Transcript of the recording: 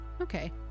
Okay